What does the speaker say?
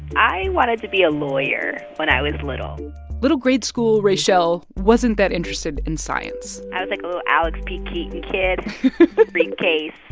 i wanted to be a lawyer when i was little little grade-school raychelle wasn't that interested in science i was, like, a little alex p. keaton kid but brief case,